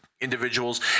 individuals